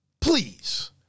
please